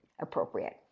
appropriate